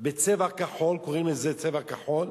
בצבע כחול, קוראים לזה "צבע כחול",